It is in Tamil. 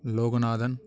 லோகநாதன்